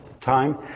time